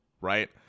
right